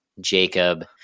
Jacob